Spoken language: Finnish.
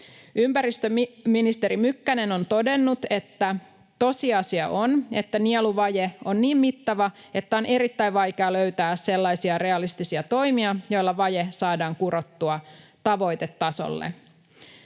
Ympäristöministeri Mykkänen on todennut, että tosiasia on, että nieluvaje on niin mittava, että on erittäin vaikea löytää sellaisia realistisia toimia, joilla vaje saadaan kurottua tavoitetasolle.